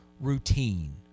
Routine